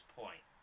point